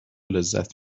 لذت